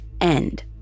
end